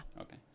Okay